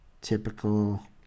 Typical